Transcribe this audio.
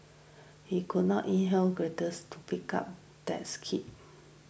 he could not inherit greatness to pick up dad keeps